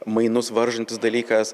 mainus varžantis dalykas